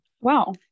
Wow